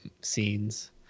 scenes